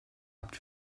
habt